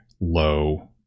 low